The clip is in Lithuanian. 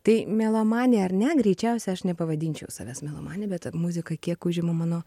tai melomanė ar ne greičiausia aš nepavadinčiau savęs melomane bet muzika kiek užima mano